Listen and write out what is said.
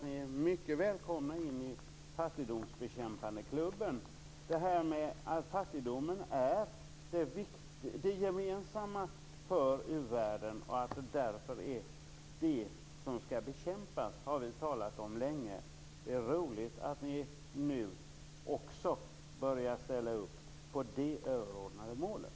Ni är mycket välkomna in i fattigdomsbekämpandeklubben. Detta att fattigdomen är det gemensamma för uvärlden och att den därför är det som skall bekämpas har vi talat om länge. Det är roligt att också ni nu börjar ställa upp på det överordnade målet.